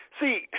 see